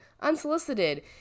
unsolicited